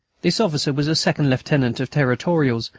this officer was a second-lieutenant of territorials,